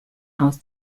aus